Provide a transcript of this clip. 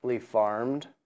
farmed